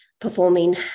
performing